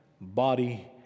body